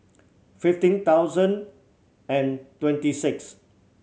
fifteen thousand and twenty six